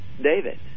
David